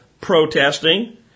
protesting